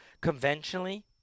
conventionally